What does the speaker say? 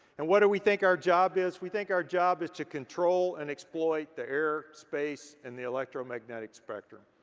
and what do we think our job is? we think our job is to control and exploit the air, space and the electromagnetic spectrum.